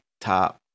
top